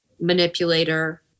manipulator